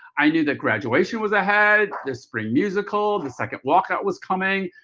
i knew that graduation was ahead, the spring musical, the second walkout was coming.